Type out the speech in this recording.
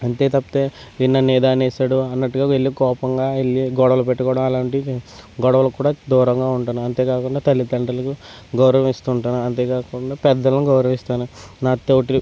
అంతే తప్పితే వీడు నన్ను ఏదో అనేసాడు అన్నట్టుగా వెళ్ళి కోపంగా వెళ్ళి గొడవలు పెట్టుకోవడం అలాంటివి గొడవలు కూడా దూరంగా ఉంటాను అంతే కాకుండా తల్లిదండ్రులకు గౌరవిస్తూ ఉంటాను అంతేకాకుండా పెద్దలను గౌరవిస్తాను నాతోటి